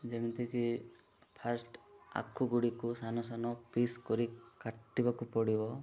ଯେମିତିକି ଫାଷ୍ଟ ଆଖୁଗୁଡ଼ିକୁ ସାନ ସାନ ପିସ୍ କରି କାଟିବାକୁ ପଡ଼ିବ